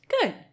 good